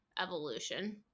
Evolution